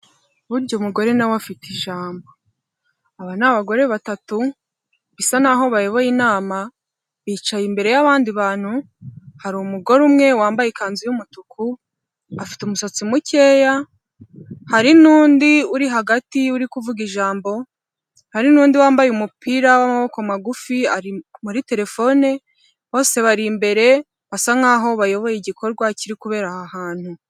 Burya umugore nawe afite ijambo, aba ni abagore batatu bisa n'aho bayoboye inama, bicaye imbere y'abandi bantu, hari umugore umwe wambaye ikanzu y'umutuku afite umusatsi mukeya, hari n'undi uri hagati y'uri kuvuga ijambo, hari n'undi wambaye umupira w'amaboko magufi ari muri terefone, bose bari imbere basa nk'aho bayoboye igikorwa kiri kubera aha hantu.